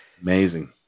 Amazing